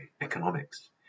Economics